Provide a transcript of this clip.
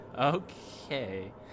Okay